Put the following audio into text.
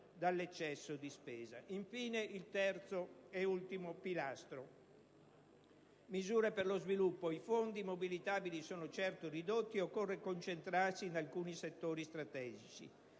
dall'eccesso di spesa. Infine, vi è il terzo pilastro: misure per lo sviluppo. I fondi mobilitabili sono certo ridotti e occorre concentrarsi in alcuni settori strategici.